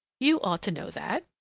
you ought to know that.